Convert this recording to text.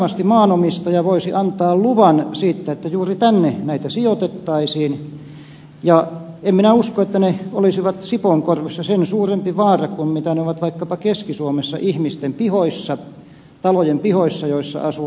varmasti maanomistaja voisi antaa luvan siihen että juuri tänne näitä sijoitettaisiin ja en minä usko että ne olisivat sipoonkorvessa sen suurempi vaara kuin mitä ne ovat vaikkapa keski suomessa ihmisten pihoissa sellaisten talojen pihoissa joissa asuu lapsiperheitä